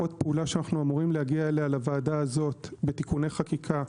עוד פעולה שאנו אמורים להגיע אליה לוועדה הזאת בתיקוני חקיקה,